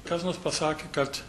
kas mums pasakė kad